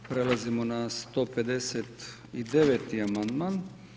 Prelazimo na 159. amandman.